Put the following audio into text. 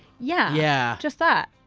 yeah yeah, just that.